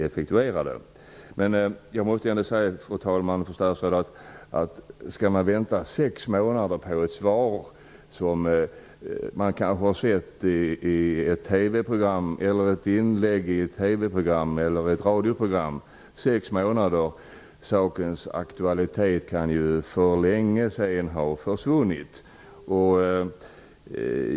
Skall man vänta sex månader på ett svar på en anmälning av ett inslag i ett TV-program eller radioprogram kan sakens aktualitet för länge sedan ha försvunnit.